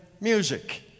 music